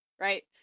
right